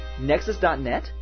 Nexus.net